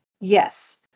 Yes